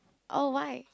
oh why